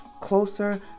closer